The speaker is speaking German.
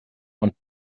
und